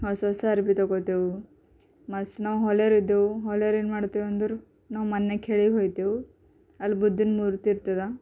ಹೊಸಸ ಅರ್ವಿ ತಗೋತೇವು ಮಸ್ತ ನಾವು ಹೊಲೇರಿದ್ದೇವೆ ಹೊಲೇರು ಏನು ಮಾಡ್ತೀವಿ ಅಂದರೆ ನಾವು ಮನ್ನಾಳ್ಳಿಗೆ ಹೋಗ್ತೇವೆ ಅಲ್ಲಿ ಬುದ್ದನ ಮೂರ್ತಿ ಇರ್ತದೆ